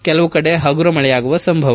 ಕೆಲವು ಕಡೆ ಹಗುರ ಮಳೆಯಾಗುವ ಸಂಭವ